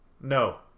No